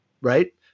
Right